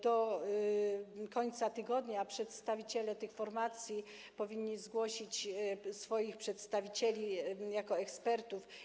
Do końca tygodnia przedstawiciele tych formacji powinni zgłosić swoich reprezentantów jako ekspertów.